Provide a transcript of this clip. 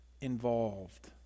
involved